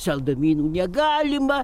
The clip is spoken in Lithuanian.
saldumynų negalima